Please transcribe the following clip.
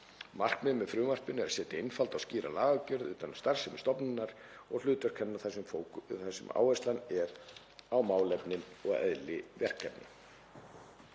Markmiðið með frumvarpinu er að setja einfalda og skýra lagaumgjörð utan um starfsemi stofnunarinnar og hlutverk hennar þar sem áherslan er á málefnin og eðli verkefna.